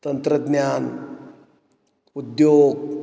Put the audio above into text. तंत्रज्ञान उद्योग